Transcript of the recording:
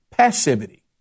Passivity